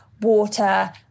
water